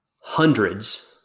hundreds